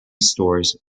stores